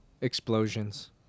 Explosions